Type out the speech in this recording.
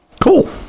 cool